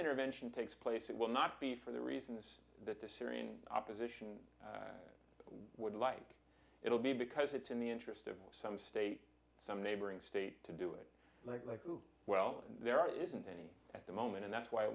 intervention takes place it will not be for the reasons that the syrian opposition would like it will be because it's in the interest of some state some neighboring state to do it like well there isn't any at the moment and that's why it